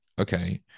Okay